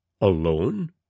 Alone